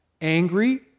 Angry